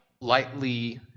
lightly